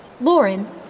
Lauren